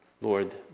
Lord